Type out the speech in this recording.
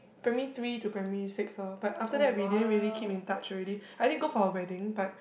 primary three to primary six orh but after that we didn't really keep in touch already I did go for her wedding but